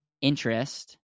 interest